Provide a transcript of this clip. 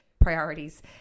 priorities